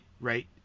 right